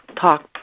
talk